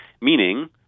Meaning